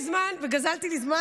אז אין לי זמן וגזלתי לי זמן,